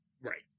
Right